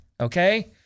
okay